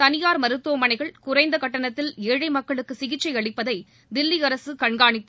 தளியார் மருத்துவமனைகள் குறைந்த கட்டணத்தில் ஏழழ மக்களுக்கு சிகிச்சை அளிப்பதை தில்லி அரசு கண்காணித்து